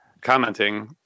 commenting